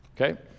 okay